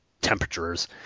temperatures